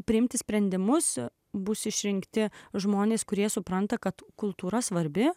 priimti sprendimus bus išrinkti žmonės kurie supranta kad kultūra svarbi